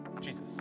Jesus